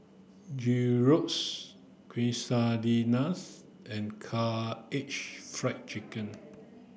Gyros Quesadillas and Karaage Fried Chicken